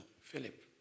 Philip